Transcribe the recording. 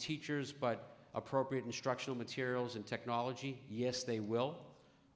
teachers but appropriate instructional materials and technology yes they will